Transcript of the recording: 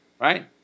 right